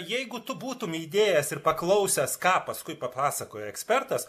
jeigu tu būtum įdėjęs ir paklausęs ką paskui papasakojo ekspertas